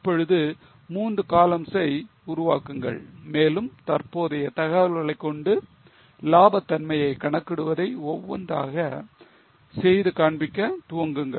இப்பொழுது மூன்று coloums ஐ உருவாக்குங்கள் மேலும் தற்போதைய தகவல்களை கொண்டு இலாப தன்மையை கணக்கிடுவதை ஒவ்வொன்றாக செய்து காண்பிக்க துவங்குங்கள்